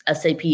SAP